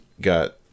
got